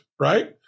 right